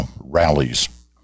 rallies